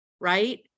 right